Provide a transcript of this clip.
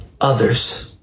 others